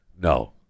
No